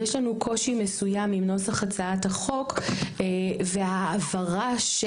יש לנו קושי מסוים עם נוסח הצעת החוק והעברה של